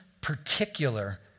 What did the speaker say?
particular